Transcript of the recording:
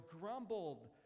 grumbled